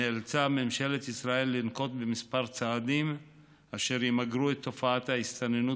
נאלצה ממשלת ישראל לנקוט כמה צעדים אשר ימגרו את תופעת ההסתננות